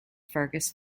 fergus